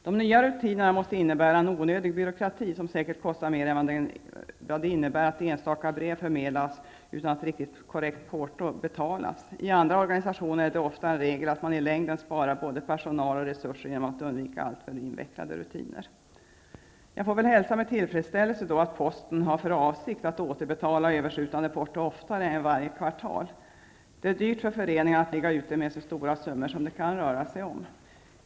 De nya rutinerna måste innebära en onödig byråkrati som säkert kostar mer än vad det innebär att ett enstaka brev förmedlas utan att ett korrekt porto har betalats. I andra organisationer är det ofta en regel att man i längden sparar både personal och resurser genom att undvika alltför invecklade rutiner. Jag får väl hälsa med tillfredsställelse att posten har för avsikt att återbetala överskjutande porto oftare än varje kvartal. Det är dyrt för föreningarna att ligga ute med så stora summor som det kan röra sig om.